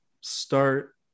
start